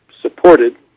supported